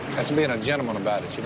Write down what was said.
that's bein' a gentleman about it, you know